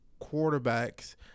quarterbacks